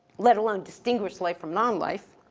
let alone distinguish life from non life.